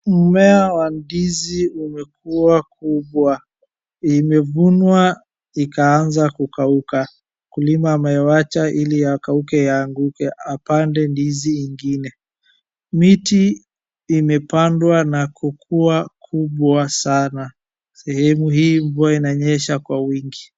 Mmea wa ndizi umekua kubwa, imevunwa ikaanza kukauka. Mkulima ameiacha ikauke ianguke, apande ndizi ingine. Miti imepandwa na kukua kubwa sana, sehemu hii mvua inanyesha kwa wingi.